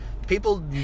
People